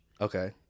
Okay